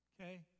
okay